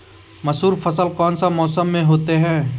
मसूर फसल कौन सा मौसम में होते हैं?